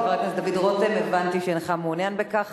חבר הכנסת דוד רותם, הבנתי שאינך מעוניין בכך.